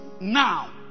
now